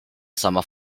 sama